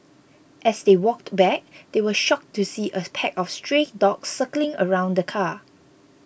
as they walked back they were shocked to see a pack of stray dogs circling around the car